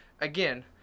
again